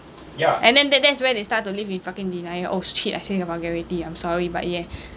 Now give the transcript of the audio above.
and then that that's where they start to live in fucking denial oh shit I say a vulgarity I'm sorry but yeah